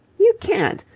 you can't!